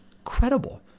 incredible